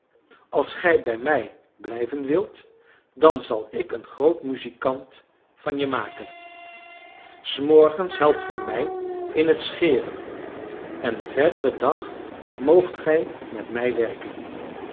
als gij bij mij blijven wilt dan zal ik een groot muzikant van je maken s morgens helpt gij mij in het scheren en den verderen dag moogt gij met mij werken